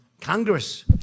Congress